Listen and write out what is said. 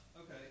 Okay